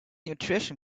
nutrition